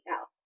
out